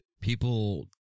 people